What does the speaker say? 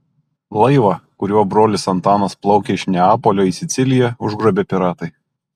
laivą kuriuo brolis antanas plaukė iš neapolio į siciliją užgrobė piratai